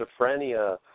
schizophrenia